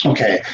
Okay